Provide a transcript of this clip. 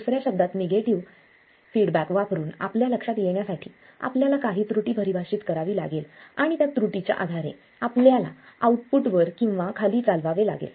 दुसऱ्या शब्दांत हे निगेटिव्ह फीडबॅक वापरुन आपल्या लक्षात येण्यासाठी आपल्याला काही त्रुटी परिभाषित करावी लागेल आणि त्या त्रुटीच्या आधारे आपल्याला आउटपुट वर किंवा खाली चालवावे लागेल